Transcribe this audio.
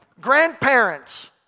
grandparents